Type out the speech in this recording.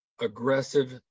aggressive